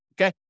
Okay